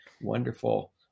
wonderful